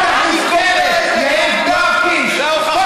לבוא